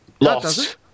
Lost